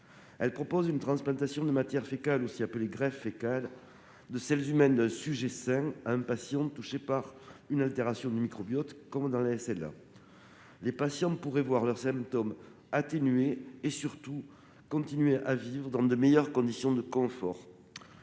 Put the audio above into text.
Elle propose une transplantation de matières fécales, aussi appelée greffe fécale, de selles humaines d'un sujet sain à un patient touché par une altération du microbiote comme dans la SLA. Les patients pourraient voir leurs symptômes atténués et continuer à vivre dans de meilleures conditions de confort.